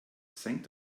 senkt